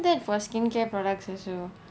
that for skincare products as well